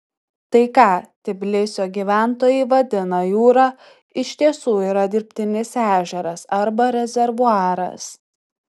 tai ką tbilisio gyventojai vadina jūra iš tiesų yra dirbtinis ežeras arba rezervuaras